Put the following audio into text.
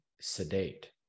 sedate